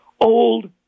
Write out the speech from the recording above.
old